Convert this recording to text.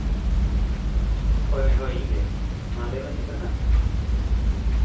ᱦᱳᱭᱼᱦᱳᱭ ᱤᱧᱜᱮ ᱢᱟ ᱞᱟᱹᱭᱢᱮ ᱪᱮᱫ ᱠᱟᱛᱷᱟ